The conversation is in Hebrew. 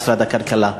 משרד הכלכלה.